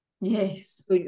Yes